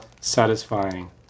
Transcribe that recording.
satisfying